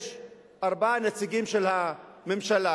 יש ארבעה נציגים של הממשלה,